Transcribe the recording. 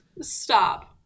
stop